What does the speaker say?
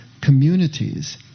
communities